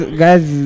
guys